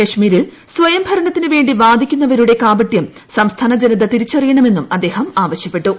കശ്മീരിൽ സ്വയം ഭരണത്തിനു വേണ്ടി വാദിക്കുന്നവരുടെ കാപട്യം സംസ്ഥാന ജനത തിരിച്ചറിയണമെന്നും അദ്ദേഹം ആവശ്യപ്പെട്ടു